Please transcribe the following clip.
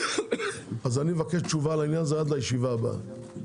אני מבקש תשובה לכך עד הישיבה הבאה,